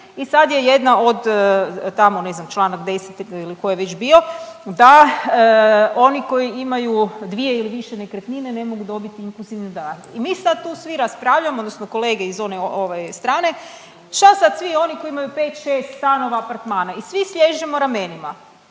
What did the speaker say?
od tamo ne znam članak 10. ili koji je već bio da oni koji imaju 2 ili više nekretnine ne mogu dobiti inkluzivni dodatak. I mi sad tu svi raspravljamo, odnosno kolege iz one strane šta sad svi oni koji imaju pet, šest stanova, apartmana i svi sliježemo ramenima.